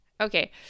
Okay